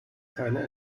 keine